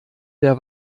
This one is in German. der